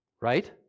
right